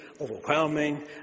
overwhelming